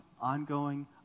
ongoing